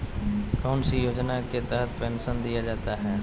कौन सी योजना के तहत पेंसन दिया जाता है?